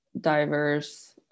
diverse